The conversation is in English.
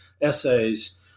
essays